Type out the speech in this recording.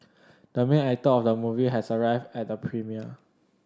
the main actor of the movie has arrived at the premiere